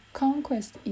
conquest